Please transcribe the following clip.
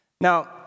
Now